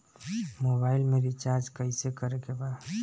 Mobile में recharge कइसे करे के बा?